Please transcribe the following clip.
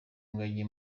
ngagi